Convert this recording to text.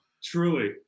Truly